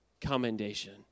commendation